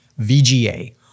VGA